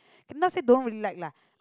can not say don't really like lah I